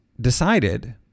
decided